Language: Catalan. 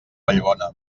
vallbona